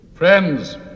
Friends